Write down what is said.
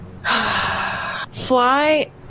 fly